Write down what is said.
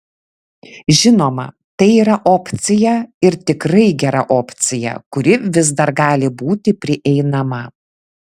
žinoma tai yra opcija ir tikrai gera opcija kuri vis dar gali būti prieinama